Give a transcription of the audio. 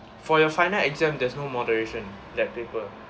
for your final exam there's no moderation that paper